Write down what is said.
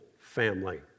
family